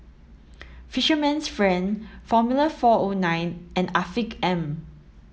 Fisherman's friend Formula four O nine and Afiq M